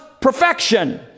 perfection